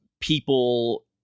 people